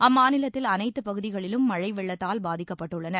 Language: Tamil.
அம்மாநிலத்தில் அனைத்துப் பகுதிகளும் மழை வெள்ளத்தால் பாதிக்கப்பட்டுள்ளன